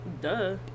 Duh